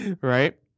Right